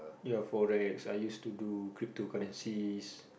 you know Forex I used to do cryptocurrencies